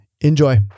Enjoy